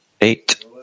eight